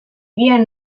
bien